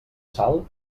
sal